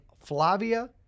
Flavia